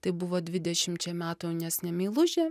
tai buvo dvidešimčia metų jaunesnė meilužė